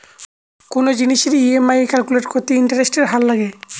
কোনো জিনিসের EMI calculate করতে ইন্টারেস্টের হার লাগে